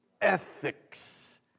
ethics